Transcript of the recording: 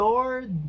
Lord